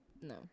no